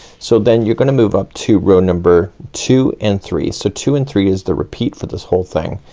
so then you're gonna move up to row number two and three. so two and three is the repeat for this whole thing,